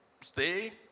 stay